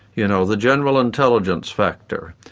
you know the general intelligence factor.